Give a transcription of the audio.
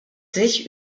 sich